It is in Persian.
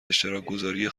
اشتراکگذاری